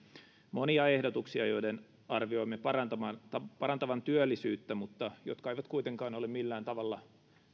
monia ehdotuksia joiden arvioimme parantavan työllisyyttä mutta jotka eivät kuitenkaan ole millään tavalla